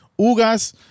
Ugas